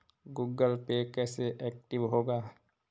Google Pay कैसे active होगा?